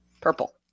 purple